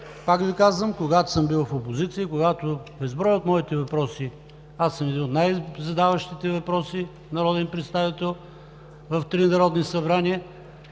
пак Ви казвам, когато съм бил в опозиция, когато безброй от моите въпроси – аз съм един от най-задаващите въпроси народен представител в три народни събрания,